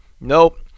Nope